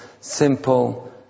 simple